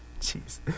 Jeez